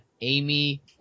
Amy